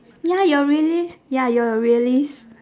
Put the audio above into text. ya you're realist~ ya you are a realist